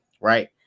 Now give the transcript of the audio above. right